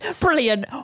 Brilliant